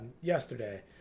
yesterday